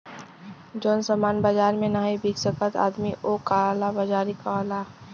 जौन सामान बाजार मे नाही बिक सकत आदमी ओक काला बाजारी कहला